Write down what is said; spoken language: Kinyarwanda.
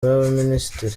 y’abaminisitiri